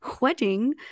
wedding